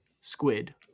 squid